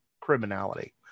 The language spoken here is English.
criminality